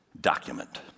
document